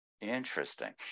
Interesting